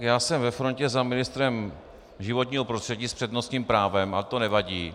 Já jsem ve frontě za ministrem životního prostředí s přednostním právem, ale to nevadí.